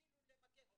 אפילו למגר אותה.